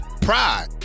Pride